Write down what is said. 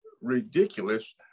ridiculous